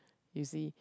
you see